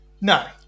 No